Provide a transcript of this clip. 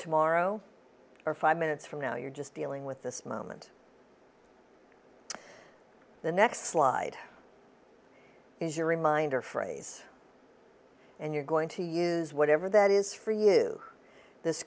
tomorrow or five minutes from now you're just dealing with this moment the next slide is your reminder phrase and you're going to use whatever that is for you this